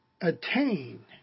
attain